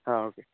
ହଁ ଓକେ